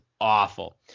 awful